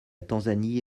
tanzanie